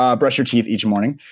um brush your teeth each morning.